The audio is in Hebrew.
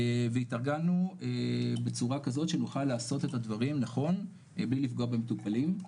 והתארגנו בצורה כזאת שנוכל לעשות את הדברים נכון בלי לפגוע במטופלים.